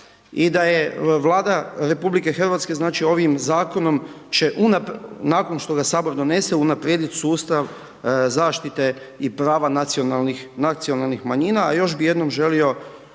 i da je Vlada Rh znači ovim zakon će nakon što ga sabor donese unaprijedit sustav zaštite i prava nacionalnih,